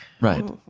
Right